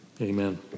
Amen